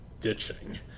ditching